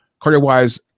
cardio-wise